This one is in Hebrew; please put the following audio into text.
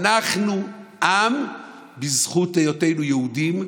אנחנו עם בזכות היותנו יהודים,